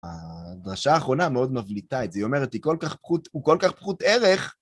הדרשה האחרונה מאוד מבליטה את זה, היא אומרת, הוא כל כך פחות, הוא כל כך פחות ערך.